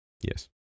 Yes